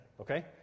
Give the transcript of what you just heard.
okay